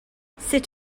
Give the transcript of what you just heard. sut